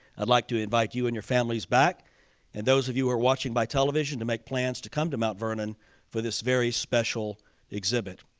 i'd like to invite you and your families back and those of you who are watching by television to make plans to come to mount vernon for this very special exhibit.